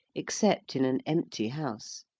except in an empty house.